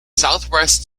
southwest